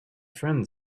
friend